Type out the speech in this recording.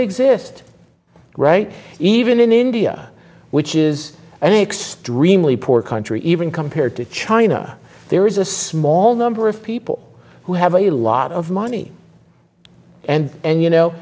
exist right even in india which is an extremely poor country even compared to china there is a small number of people who have a lot of money and you know